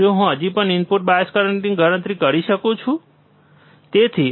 શું હું હજી પણ ઇનપુટ બાયસ કરંટની ગણતરી કરી શકું છું ખરું